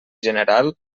general